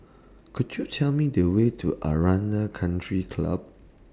Could YOU Tell Me The Way to Aranda Country Club